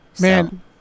man